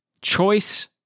choice